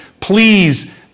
Please